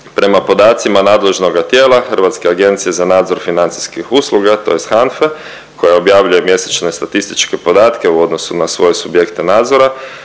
Prema podacima nadležnoga tijela Hrvatske agencije za nadzor financijske financijskih usluga tj. HANFE koja objavljuje mjesečne statističke podatke u odnosu na svoje subjekte nadzora